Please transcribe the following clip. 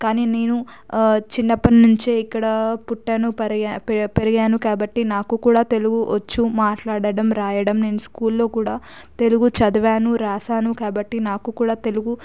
కానీ నేను చిన్నప్పటి నుంచే ఇక్కడ పుట్టాను పరిగ పెరిగాను కాబట్టి నాకు కూడా తెలుగు వచ్చు మాట్లాడటం రాయడం నేను స్కూల్లో కూడా తెలుగు చదివాను రాసాను కాబట్టి నాకు కూడా తెలుగు